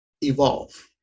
evolve